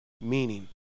Meaning